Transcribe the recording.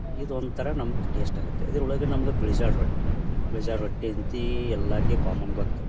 ಇದು ಒಂಥರ ನಮ್ಗ ಟೇಸ್ಟ್ ಆಗತ್ತೆ ಇದರೊಳಗೆ ನಮ್ಗೆ ಬಿಳಿಜ್ವಾಳ ರೊಟ್ಟಿ ಬಿಳಿಜಾ ರೊಟ್ಟಿ ಅಂತಿ ಎಲ್ಲರಿಗೆ ಕಾಮನ್ ಗೊತ್ತು